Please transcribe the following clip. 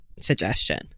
suggestion